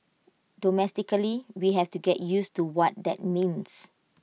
domestically we have to get used to what that means